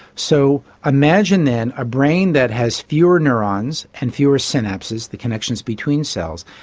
so imagine then a brain that has fewer neurons and fewer synapses, the connections between cells,